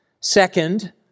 Second